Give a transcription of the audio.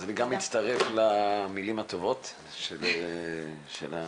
אני גם מצטרף למילים הטובות של האנשים.